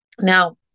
Now